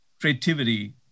creativity